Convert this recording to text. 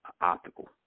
optical